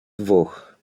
dwóch